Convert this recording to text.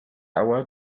hour